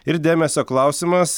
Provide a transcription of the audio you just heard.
ir dėmesio klausimas